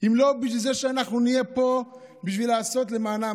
אם לא בשביל זה שאנחנו נהיה פה בשביל לעשות למענם?